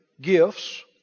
gifts